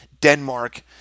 Denmark